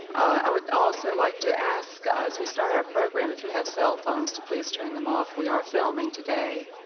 i would also like to ask, as we start our program, if you have cell phones to please turn them off. we are filming today.